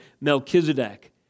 Melchizedek